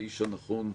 ברכות.